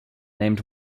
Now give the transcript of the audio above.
named